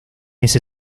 ese